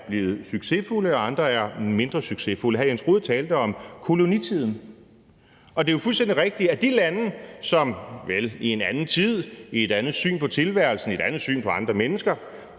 blevet succesfulde, mens andre er mindre succesfulde. Hr. Jens Rohde talte om kolonitiden, og det er jo fuldstændig rigtigt, at de lande, som, nuvel, i en anden tid, med et andet syn på tilværelsen, med et andet syn på andre mennesker,